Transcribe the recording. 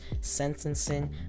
sentencing